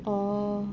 orh